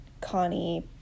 Connie